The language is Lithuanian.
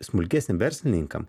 smulkiesiem verslininkam